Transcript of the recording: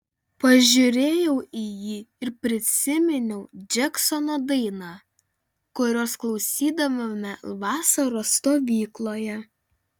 pažiūrėjau į jį ir prisiminiau džeksono dainą kurios klausydavome vasaros stovykloje